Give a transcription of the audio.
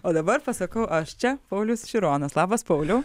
o dabar pasakau aš čia paulius šironas labas pauliau